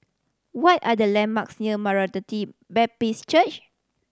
what are the landmarks near Maranatha Baptist Church